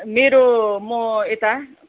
मेरो म यता